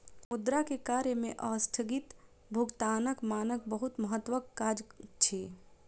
मुद्रा के कार्य में अस्थगित भुगतानक मानक बहुत महत्वक काज अछि